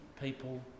people